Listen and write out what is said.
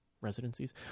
residencies